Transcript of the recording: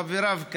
חבריו,